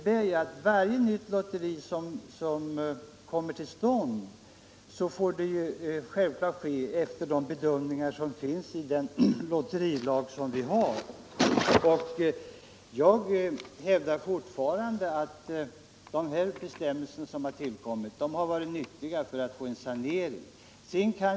När ställning skall tas till om ett nytt lotteri får anordnas måste det ske med hänsyn till den lotterilag vi har. Jag hävdar fortfarande att de bestämmelser som tillkommit har varit nyttiga för att få en sanering.